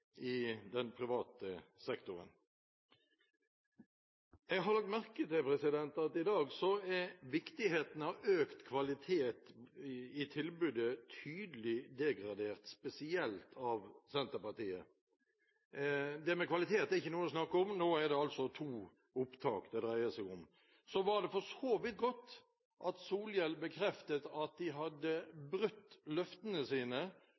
i den private sektoren. Jeg har lagt merke til at i dag er viktigheten av økt kvalitet i tilbudet tydelig degradert, spesielt av Senterpartiet. Det med kvalitet er ikke noe å snakke om – nå er det to opptak det dreier seg om. Så var det for så vidt godt at Solhjell bekreftet at de hadde brutt løftene sine